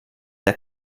der